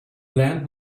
land